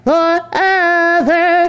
Forever